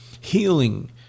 healing